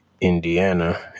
Indiana